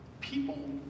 people